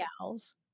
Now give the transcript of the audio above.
gals